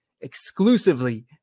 exclusively